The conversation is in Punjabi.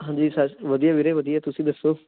ਹਾਂਜੀ ਸ ਵਧੀਆ ਵੀਰੇ ਵਧੀਆ ਤੁਸੀਂ ਦੱਸੋ